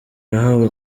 yahawe